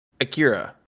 akira